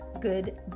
good